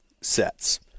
sets